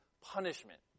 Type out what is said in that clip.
punishment